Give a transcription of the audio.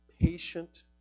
patient